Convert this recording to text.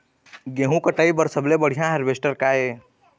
गेहूं कटाई बर सबले बढ़िया हारवेस्टर का ये?